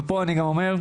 ופה אני גם אומר,